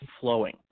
flowing